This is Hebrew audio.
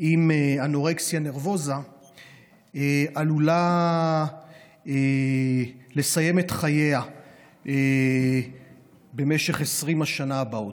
עם אנורקסיה נרבוזה עלולה לסיים את חייה במשך 20 השנים הבאות.